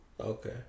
Okay